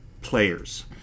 players